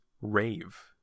rave